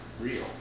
real